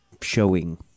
showing